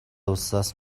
улсаас